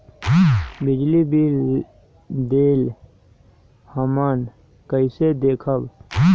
बिजली बिल देल हमन कईसे देखब?